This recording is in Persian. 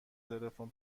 تلفن